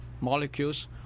molecules